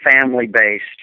family-based